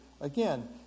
Again